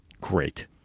great